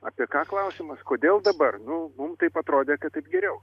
apie ką klausimas kodėl dabar nu mum taip atrodė kad taip geriau